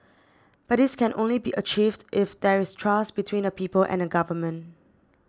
but this can only be achieved if there is trust between the people and a government